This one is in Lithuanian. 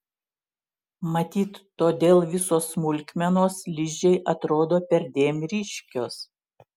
matyt todėl visos smulkmenos ližei atrodo perdėm ryškios